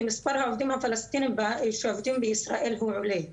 כי מספר העובדים הפלסטינים שעובדים בישראל הוא עולה.